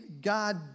God